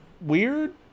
Weird